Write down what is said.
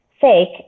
fake